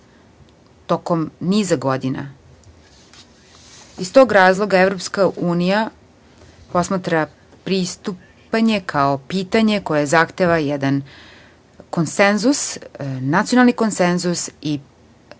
tokom niza godina. Iz toga razloga EU posmatra pristupanje kao pitanje koje zahteva jedan konsenzus nacionalni i partijski konsenzus.